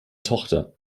tochter